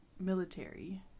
military